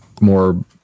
more